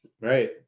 Right